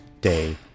day